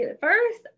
First